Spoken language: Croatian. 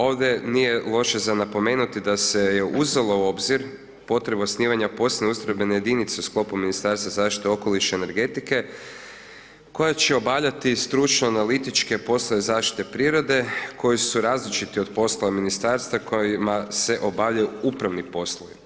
Ovdje nije loše za napomenuti da se je uzelo u obzir potreba osnivanja posebne ustrojbene jedinice u sklopu Ministarstva zaštite okoliša i energetike koja će obavljati stručno analitičke poslove zaštite prirode koji su različiti od posla Ministarstva kojima se obavljaju upravni poslovi.